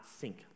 sink